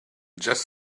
just